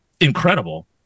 incredible